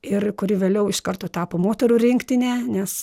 ir kuri vėliau iš karto tapo moterų rinktine nes